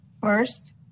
First